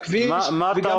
בכביש וגם בדלתות.